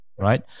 right